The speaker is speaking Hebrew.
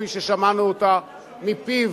כפי ששמענו אותה מפיו.